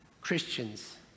Christians